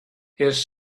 his